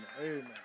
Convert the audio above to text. amen